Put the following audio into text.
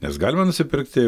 nes galima nusipirkti